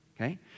Okay